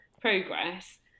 progress